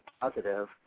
positive